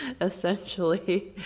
essentially